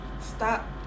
stop